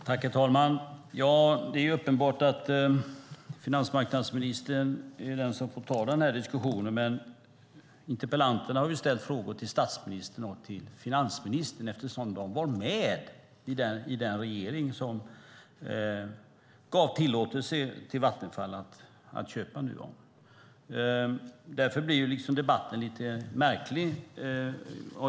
Herr talman! Det är uppenbart att det är finansmarknadsministern som får ta denna diskussion. Men interpellanterna har ställt frågor till statsministern och till finansministern eftersom de var med i den regering som gav Vattenfall tillåtelse att köpa Nuon. Av det skälet blir debatten lite märklig.